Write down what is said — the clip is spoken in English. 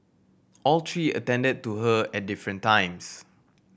all three attended to her at different times